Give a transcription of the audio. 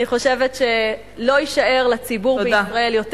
אני חושבת שלא יישאר לציבור בישראל יותר